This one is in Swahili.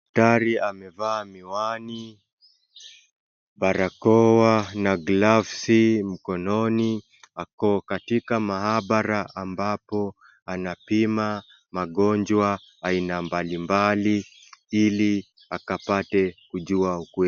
Daktari amevaa miwani, barakoa na gloves mkononi. Ako katika maabara ambapo anapima magonjwa aina mbalimbali ili akapate kujua ukweli.